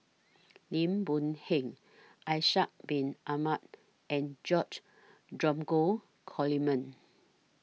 Lim Boon Heng Ishak Bin Ahmad and George Dromgold Coleman